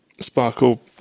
sparkle